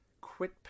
quit